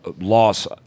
loss